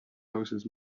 houses